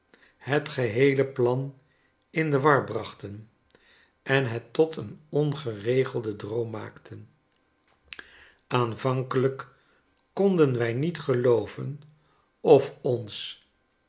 net geheele plan in de war brachten en het tot een ongeregelden droom maakten aanvankelijk konden wij niet gelooven of ons